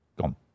gone